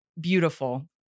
beautiful